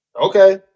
Okay